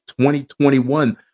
2021